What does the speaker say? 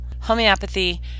Homeopathy